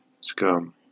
scum